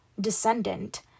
descendant